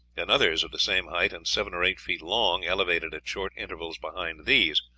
and others of the same height, and seven or eight feet long, elevated at short intervals behind these,